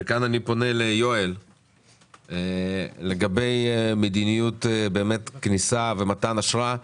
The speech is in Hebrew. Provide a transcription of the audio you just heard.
וכאן אני פונה ליואל לגבי מדיניות כניסה ומתן אשרה.